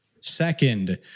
Second